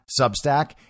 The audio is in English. Substack